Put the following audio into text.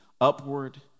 upward